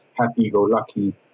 happy-go-lucky